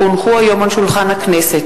כי הונחו היום על שולחן הכנסת,